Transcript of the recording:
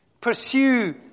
Pursue